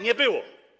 Nie było.